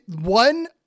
one